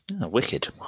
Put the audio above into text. Wicked